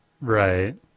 right